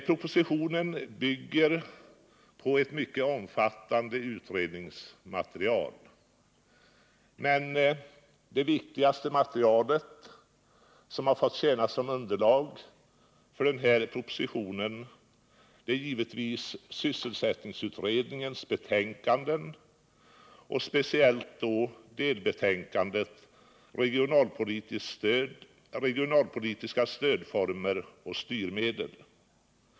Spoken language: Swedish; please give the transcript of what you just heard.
Propositionen bygger på ett omfattande utredningsmaterial, men det viktigaste material som har fått tjäna som underlag för den här propositionen är givetvis sysselsättningsutredningens betänkanden, speciellt då delbetänkandet Regionalpolitiska stödformer och styrmedel.